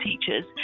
teachers